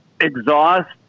exhaust